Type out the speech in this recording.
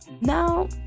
now